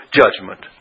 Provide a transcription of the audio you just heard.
judgment